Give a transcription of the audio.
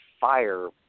fire